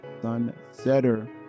Sunsetter